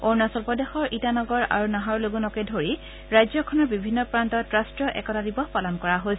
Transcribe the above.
অৰুণাচল প্ৰদেশৰ ইটানগৰ আৰু নাহৰলগুণকে ধৰি ৰাজ্যখনৰ বিভিন্ন প্ৰান্তত ৰাষ্ট্ৰীয় একতা দিৱস পালন কৰা হৈছে